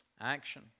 action